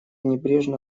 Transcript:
небрежно